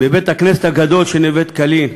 בבית-הכנסת הגדול של נווה-דקלים,